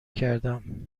کردم